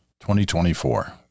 2024